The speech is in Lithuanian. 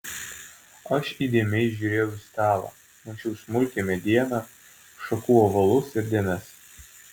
aš įdėmiai žiūrėjau į stalą mačiau smulkią medieną šakų ovalus ir dėmes